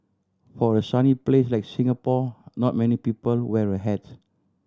for a sunny place like Singapore not many people wear a hat